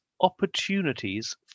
opportunities